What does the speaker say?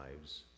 lives